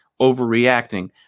overreacting